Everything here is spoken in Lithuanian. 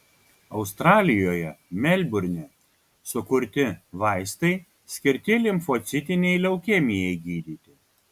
australijoje melburne sukurti vaistai skirti limfocitinei leukemijai gydyti